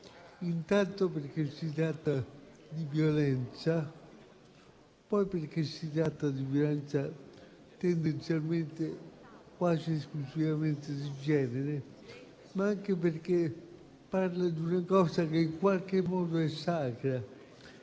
intanto perché si tratta di violenza, poi perché è violenza tendenzialmente o quasi esclusivamente di genere, ma anche perché è correlata a un elemento che in qualche modo è sacro